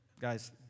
Guys